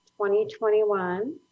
2021